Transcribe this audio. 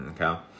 Okay